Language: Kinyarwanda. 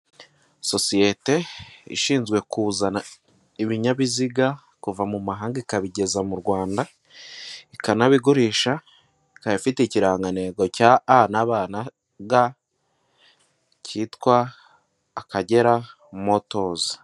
Sosiyete ishinzwe kuzana ibinyabiziga kuva mu mahanga ikabigeza mu Rwanda ikanabigurisha, ikaba ifite ikirangantego cya a na ba na ga, kitwa Akagera Motozi.